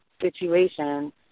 situation